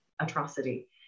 atrocity